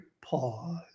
pause